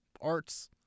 Arts